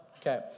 okay